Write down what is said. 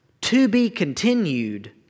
to-be-continued